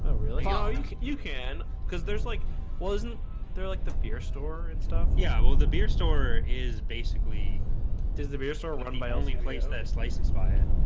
ah really? you can cuz there's like well isn't there like the beer store and stuff? yeah well, the beer store is basically does the beer store run my only place that's licensed by it